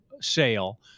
sale